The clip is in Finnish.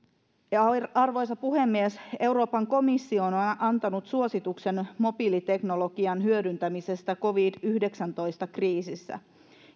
arvoisa puhemies euroopan komissio on on antanut suosituksen mobiiliteknologian hyödyntämisestä covid yhdeksäntoista kriisissä